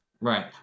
Right